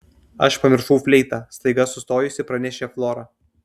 aš pamiršau fleitą staiga sustojusi pranešė flora